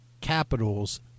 capitals